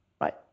right